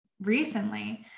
recently